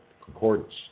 concordance